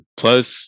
plus